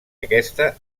aquesta